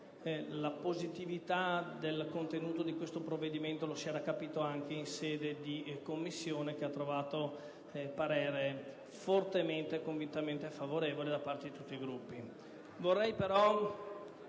la positività del contenuto di questo provvedimento era emersa anche in sede di Commissione, dove ha trovato parere fortemente e convintamente favorevole da parte di tutti i Gruppi.